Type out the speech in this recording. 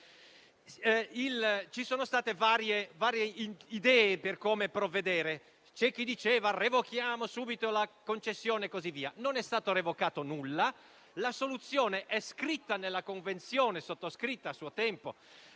ci sono state varie idee su come provvedere: c'è chi proponeva di revocare subito la concessione e così via. Non è stato revocato nulla. La soluzione è contenuta nella Convenzione sottoscritta a suo tempo